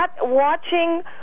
Watching